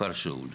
בכפר שאול.